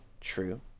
true